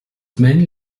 mainly